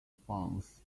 funds